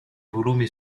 volumi